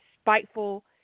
spiteful